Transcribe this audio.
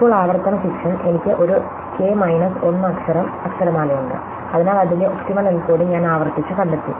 ഇപ്പോൾ ആവർത്തന ഫിക്ഷൻ എനിക്ക് ഒരു കെ മൈനസ് 1 അക്ഷരo അക്ഷരമാലയുണ്ട് അതിനാൽ അതിന്റെ ഒപ്റ്റിമൽ എൻകോഡിംഗ് ഞാൻ ആവർത്തിച്ചു കണ്ടെത്തി